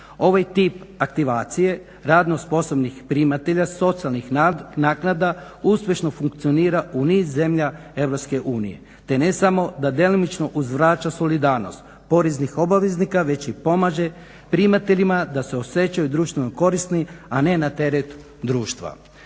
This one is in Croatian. Ovaj tip aktivacije radno sposobnih primatelja socijalnih naknada uspješno funkcionira u niz zemalja EU, te ne samo da djelomično uzvraća solidarnost poreznih obveznika već i pomaže primateljima da se osjećaju društveno korisni, a ne na teret društva.